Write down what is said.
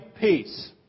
peace